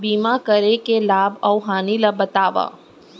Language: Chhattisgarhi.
बीमा करे के लाभ अऊ हानि ला बतावव